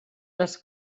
les